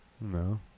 No